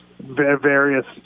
various